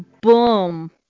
Boom